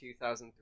2003